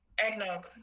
eggnog